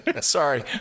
sorry